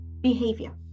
behavior